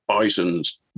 bisons